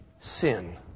Sin